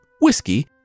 whiskey